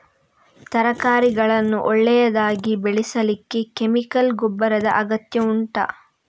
ತರಕಾರಿಗಳನ್ನು ಒಳ್ಳೆಯದಾಗಿ ಬೆಳೆಸಲಿಕ್ಕೆ ಕೆಮಿಕಲ್ ಗೊಬ್ಬರದ ಅಗತ್ಯ ಉಂಟಾ